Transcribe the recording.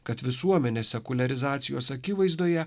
kad visuomenės sekuliarizacijos akivaizdoje